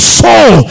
soul